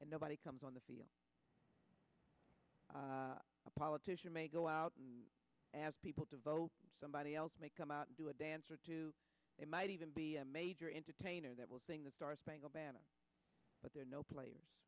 and nobody comes on the field a politician may go out and ask people to vote somebody else may come out and do a dance or two it might even be a major entertainer that will sing the star spangled banner but there are no players